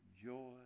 Joy